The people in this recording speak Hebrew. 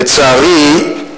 לצערי,